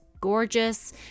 gorgeous